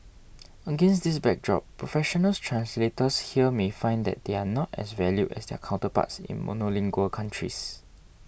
against this backdrop professional translators here may find that they are not as valued as their counterparts in monolingual countries